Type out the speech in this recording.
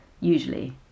usually